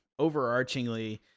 overarchingly